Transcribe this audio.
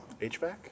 HVAC